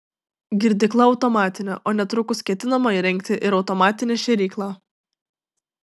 girdykla automatinė o netrukus ketinama įrengti ir automatinę šėryklą